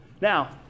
Now